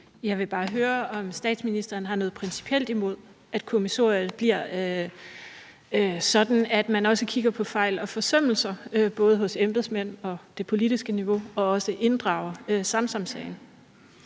Jeg vil bare høre, om statsministeren har noget principielt imod, at kommissoriet bliver sådan, at man også kigger på fejl og forsømmelser hos både embedsmænd og på det politiske niveau og også inddrager Samsamsagen?